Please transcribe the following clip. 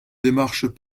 démarches